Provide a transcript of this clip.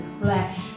flesh